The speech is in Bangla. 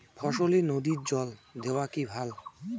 ফসলে নদীর জল দেওয়া কি ভাল?